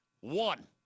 One